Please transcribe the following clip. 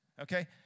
Okay